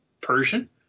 Persian